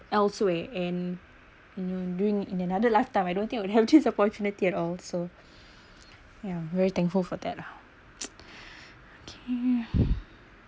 elsewhere and you know during in another lifetime I don't think I would have this opportunity at all so ya very thankful for that ah okay